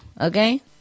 okay